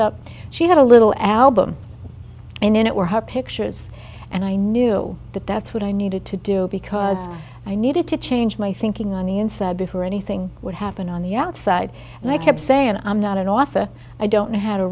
up she had a little album and in it were her pictures and i knew that that's what i needed to do because i needed to change my thinking on the inside before anything would happen on the outside and i kept saying i'm not an author i don't know how to